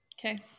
Okay